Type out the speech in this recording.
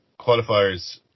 qualifiers